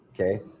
Okay